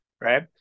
right